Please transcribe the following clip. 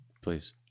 Please